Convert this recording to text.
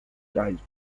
dice